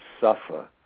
suffer